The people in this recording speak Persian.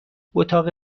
اتاق